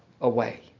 away